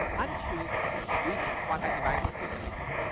and choose which wi-fi device to connect to.